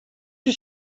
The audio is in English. you